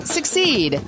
Succeed